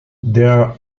there